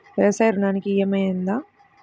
వ్యవసాయ ఋణానికి ఈ.ఎం.ఐ ఉందా?